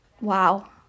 Wow